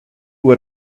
what